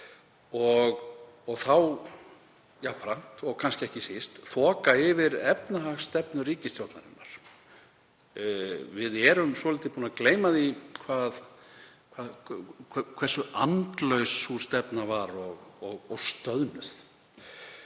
og þá jafnframt og kannski ekki síst þoka yfir efnahagsstefnu ríkisstjórnarinnar. Við erum svolítið búin að gleyma því hversu andlaus og stöðnuð